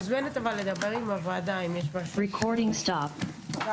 הישיבה ננעלה בשעה 11:00.